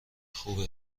خوبه